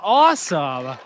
awesome